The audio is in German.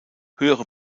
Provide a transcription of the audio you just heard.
höhere